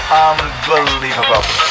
unbelievable